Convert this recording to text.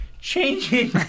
Changing